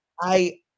I-